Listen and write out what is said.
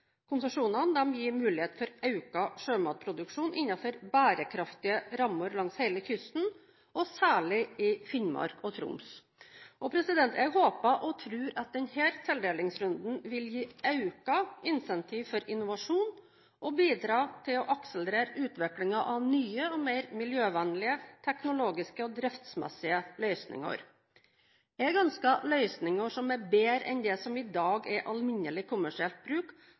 gir muligheter for økt sjømatproduksjon innenfor bærekraftige rammer langs hele kysten, og særlig i Finnmark og Troms. Jeg håper og tror at denne tildelingsrunden vil gi økt incentiv for innovasjon og bidra til å akselerere utviklingen av nye og mer miljøvennlige teknologiske og driftsmessige løsninger. Jeg ønsker løsninger som er bedre enn det som i dag er